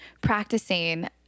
practicing